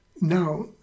Now